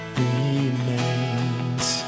remains